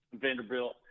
Vanderbilt